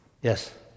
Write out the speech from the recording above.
Yes